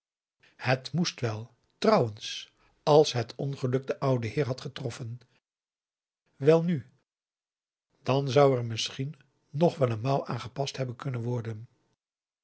het moest wel trouwens als het ongeluk den ouden heer had getroffen welnu dan zou er misschien nog wel een mouw aan gepast hebben kunnen worden